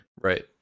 Right